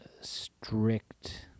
strict